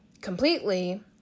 completely